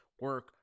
Work